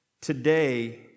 Today